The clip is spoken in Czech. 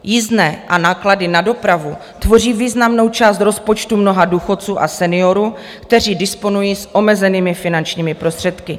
Jízdné a náklady na dopravu tvoří významnou část rozpočtu mnoha důchodců a seniorů, kteří disponují omezenými finančními prostředky.